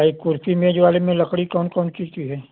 ये कुर्सी मेज वाले में लड़की कौन कौन सी चाहिए